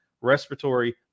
respiratory